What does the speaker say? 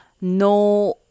no